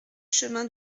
chemin